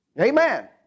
Amen